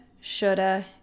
shoulda